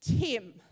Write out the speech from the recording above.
Tim